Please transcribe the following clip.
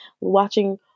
watching